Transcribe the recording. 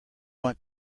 want